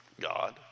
God